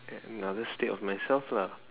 another state of myself lah